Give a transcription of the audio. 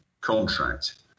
contract